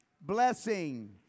blessing